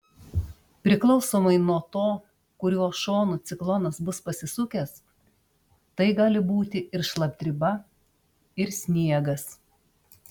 priklausomai nuo to kuriuo šonu ciklonas bus pasisukęs tai gali būti ir šlapdriba ir sniegas